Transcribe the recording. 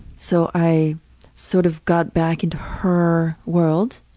so i sort of got back into her world,